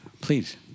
Please